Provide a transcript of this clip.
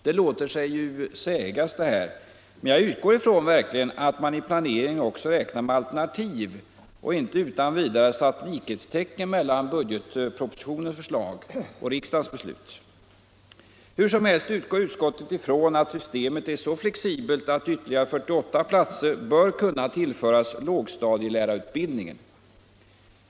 Det låter sig sägas - men jag utgår ifrån att man i planeringen också räknat med alternativ och inte utan vidare satt likhetstecken mellan budgetpropositionens förslag och riksdagens beslut. Hur som helst utgår utskottet från att systemet är så flexibelt att ytterligare 48 platser bör kunna tillföras lågstadielärarutbildningen.